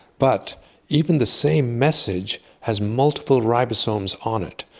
but even the same message has multiple ribosomes on it.